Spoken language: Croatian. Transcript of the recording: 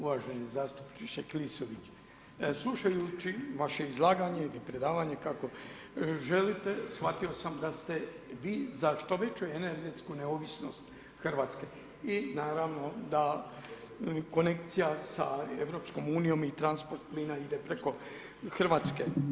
Uvaženi zastupniče Klisović, slušajući vaše izlaganje ili predavanje, kako želite, shvatio sam da ste vi za što veću energetsku neovisnost Hrvatske i naravno da konekcija sa EU-om i transport plina ide preko Hrvatske.